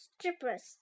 Strippers